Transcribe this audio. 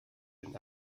den